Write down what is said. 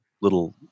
little